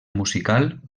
musical